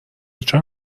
چرا